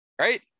right